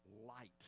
light